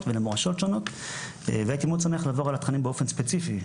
ולמורשות שונות והייתי מאוד שמח לעבור על התכנים באופן ספציפי,